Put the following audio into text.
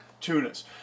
tunas